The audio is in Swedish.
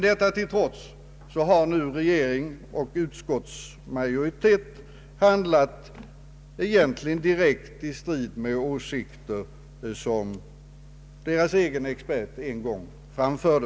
Detta till trots har nu regering och utskottsmajoritet egentligen handlat direkt i strid med dessa åsikter som deras egen expert en gång framförde.